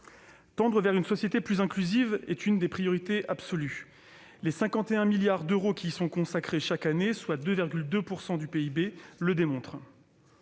Tendre vers une société plus inclusive est une priorité absolue. Les 51 milliards d'euros qui y sont consacrés chaque année, soit 2,2 % du PIB, le démontrent.